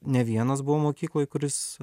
ne vienas buvau mokykloj kuris